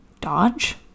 Dodge